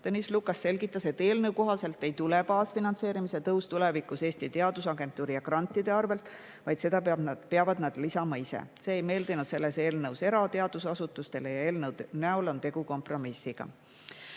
Tõnis Lukas selgitas, et eelnõu kohaselt ei tule baasfinantseerimise tõus tulevikus Eesti Teadusagentuuri ja grantide arvelt, vaid seda peavad nad lisama ise. See ei meeldinud selles eelnõus erateadusasutustele ja eelnõu näol on tegu kompromissiga.